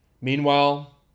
Meanwhile